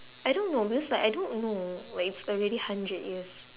I don't know because like I don't know like it's already hundred years